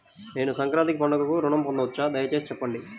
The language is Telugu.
నేను సంక్రాంతికి పండుగ ఋణం పొందవచ్చా? దయచేసి చెప్పండి?